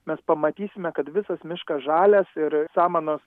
mes pamatysime kad visas miškas žalias ir samanos